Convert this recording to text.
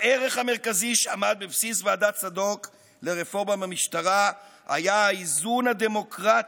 הערך המרכזי שעמד בבסיס ועדת צדוק לרפורמה במשטרה היה האיזון הדמוקרטי,